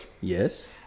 Yes